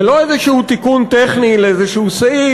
זה לא איזשהו תיקון טכני לאיזשהו סעיף,